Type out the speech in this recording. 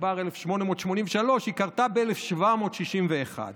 שחובר ב-1883, קרתה ב-1761.